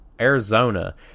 Arizona